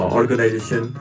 organization